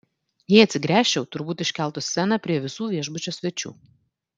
jei atsigręžčiau turbūt iškeltų sceną prie visų viešbučio svečių